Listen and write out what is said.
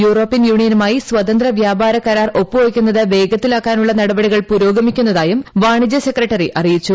European യൂണിയനുമായി സ്വതന്ത്രൃ വ്യാപാര ഒപ്പുവക്കുന്നത് വേഗത്തിലാക്കാനുള്ള കരാർ നടപടികൾ പുരോഗമിക്കുന്നതായും വാണിജ്യ സെക്രട്ടറി അറിയിച്ചു